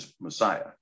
Messiah